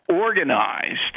organized